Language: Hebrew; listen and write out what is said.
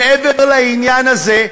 מעבר לעניין הזה,